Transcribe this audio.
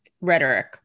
rhetoric